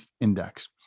Index